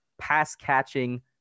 pass-catching